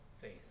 faith